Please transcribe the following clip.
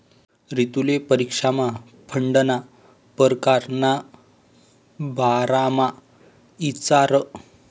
रितुले परीक्षामा फंडना परकार ना बारामा इचारं